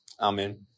Amen